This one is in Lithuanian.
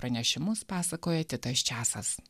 pranešimus pasakoja titas česas